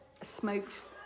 smoked